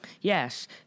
Yes